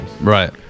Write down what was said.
right